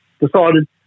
decided